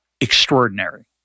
extraordinary